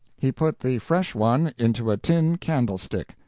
he put the fresh one into a tin candlestick.